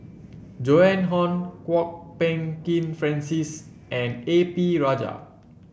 Joan Hon Kwok Peng Kin Francis and A P Rajah